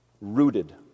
rooted